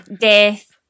death